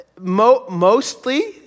mostly